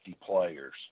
players